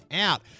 out